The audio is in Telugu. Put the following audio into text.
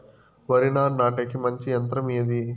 వరి నారు నాటేకి మంచి యంత్రం ఏది?